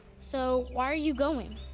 so why are you going?